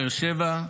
באר שבע,